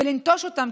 ולנטוש אותן,